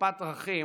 מפת דרכים